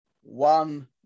one